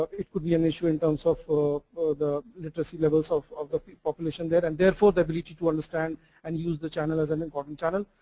it could be an issue in terms of the literacy levels of of the the population there. and therefore the ability to understand and use the channel as an important channel.